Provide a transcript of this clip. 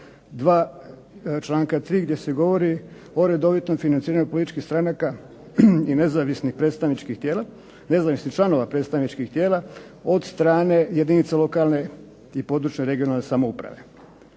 2. članka 3. gdje se govori o redovitom financiranju političkih stranaka i nezavisnih predstavničkih tijela, nezavisnih članova predstavničkih tijela od strane jedinica lokalne i područne (regionalne) samouprave.